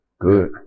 Good